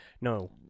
no